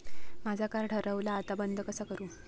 माझा कार्ड हरवला आता बंद कसा करू?